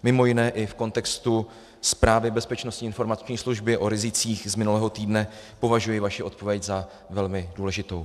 Mimo jiné i v kontextu zprávy Bezpečnostní informační služby o rizicích z minulého týdne považuji vaši odpověď za velmi důležitou.